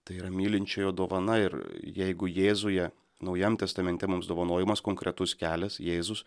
tai yra mylinčiojo dovana ir jeigu jėzuje naujajam testamente mums dovanojamas konkretus kelias jėzus